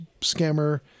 scammer